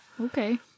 Okay